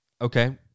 Okay